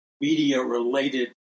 media-related